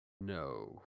No